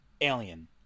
alien